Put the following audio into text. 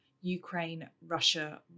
Ukraine-Russia